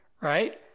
right